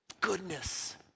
Goodness